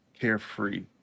carefree